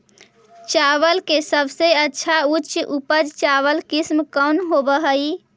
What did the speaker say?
चावल के सबसे अच्छा उच्च उपज चावल किस्म कौन होव हई?